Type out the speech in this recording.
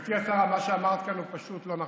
גברתי השרה, מה שאמרת כאן הוא פשוט לא נכון.